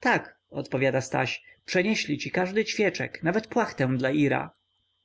tak odpowiada staś przenieśli ci każdy ćwieczek nawet płachtę dla ira